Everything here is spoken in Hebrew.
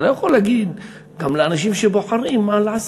אתה לא יכול להגיד גם לאנשים שבוחרים מה לעשות.